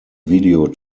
video